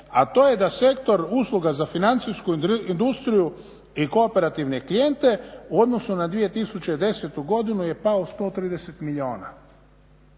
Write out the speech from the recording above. a to je da sektor usluga za financijsku industriju i kooperativne klijente u odnosu na 2010.godinu je pao 130 milijuna